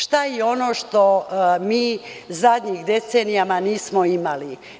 Šta je ono što mi u zadnjim decenijama nismo imali?